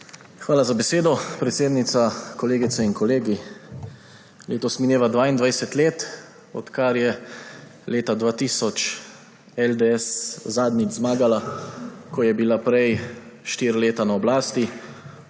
Hvala za besedo, predsednica. Kolegice in kolegi! Letos mineva 22 let, od kar je leta 2000 LDS zadnjič zmagala, ko je bila prej štiri leta na oblasti.